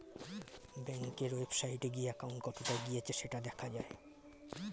ব্যাংকের ওয়েবসাইটে গিয়ে অ্যাকাউন্ট কতটা এগিয়েছে সেটা দেখা যায়